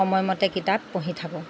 সময়মতে কিতাপ পঢ়ি থাকোঁ